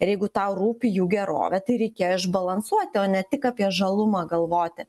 ir jeigu tau rūpi jų gerovė tai reikėjo išbalansuoti o ne tik apie žalumą galvoti